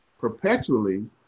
perpetually